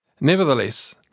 Nevertheless